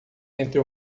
entre